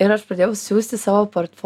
ir aš pradėjau siųsti savo